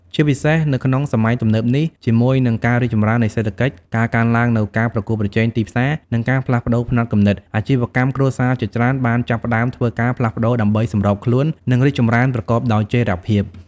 ជាពិសេស នៅក្នុងសម័យទំនើបនេះ ជាមួយនឹងការរីកចម្រើននៃសេដ្ឋកិច្ច ការកើនឡើងនូវការប្រកួតប្រជែងទីផ្សារ និងការផ្លាស់ប្តូរផ្នត់គំនិត អាជីវកម្មគ្រួសារជាច្រើនបានចាប់ផ្តើមធ្វើការផ្លាស់ប្តូរដើម្បីសម្របខ្លួន និងរីកចម្រើនប្រកបដោយចីរភាព។